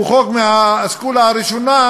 הוא חוק מהאסכולה הראשונה,